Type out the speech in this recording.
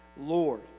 Lord